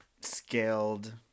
scaled